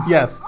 Yes